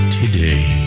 today